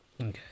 Okay